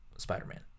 spider-man